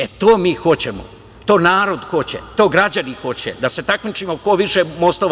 E, to mi hoćemo, to narod hoće, to građani hoće, da se takmičimo ko više mostova…